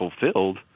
fulfilled